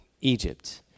Egypt